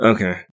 Okay